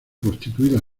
constituida